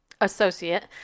associate